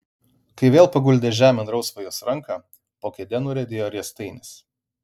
kai vėl paguldė žemėn rausvą jos ranką po kėde nuriedėjo riestainis